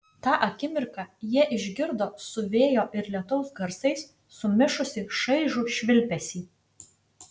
tą akimirką jie išgirdo su vėjo ir lietaus garsais sumišusį šaižų švilpesį